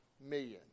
million